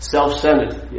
Self-centered